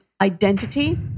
identity